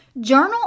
journal